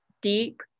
deep